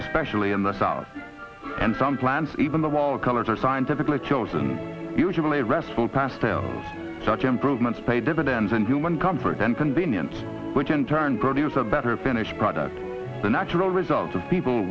especially in the south and some plants even the wall colors are scientifically chosen usually restful pastels such improvements pay dividends and human comfort and convenience which in turn produce a better finished product the natural result of people